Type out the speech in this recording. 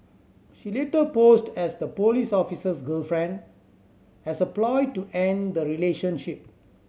she later posed as the police officer's girlfriend as a ploy to end the relationship